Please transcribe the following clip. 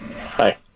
Hi